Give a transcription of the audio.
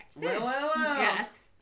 Yes